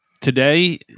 Today